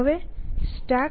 હવે StackN